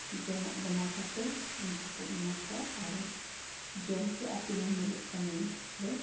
ᱡᱚᱢᱟᱜ ᱵᱮᱱᱟᱣ ᱠᱟᱛᱮ ᱩᱱᱠᱩᱠᱚᱧ ᱮᱢᱟ ᱠᱚᱣᱟ ᱟᱨᱤᱧ ᱡᱚᱢᱛᱮ ᱫᱤᱱᱟᱹᱢ ᱦᱤᱞᱳᱜ ᱠᱟᱹᱢᱤᱭᱟᱞᱮ